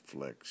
Netflix